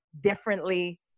differently